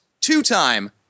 two-time